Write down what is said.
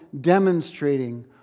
demonstrating